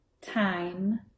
time